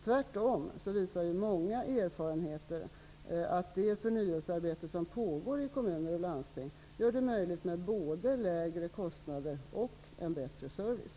Tvärtom visar många erfarenheter att det förnyelsearbete som pågår i kommuner och landsting gör det möjligt med både lägre kostnader och en bättre service.